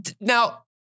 Now